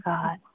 God